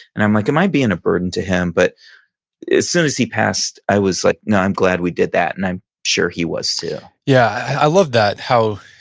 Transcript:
and i'm like, am i being a burden to him? but as soon as he passed, i was like, no, i'm glad we did that. and i'm sure he was too yeah. i love that how,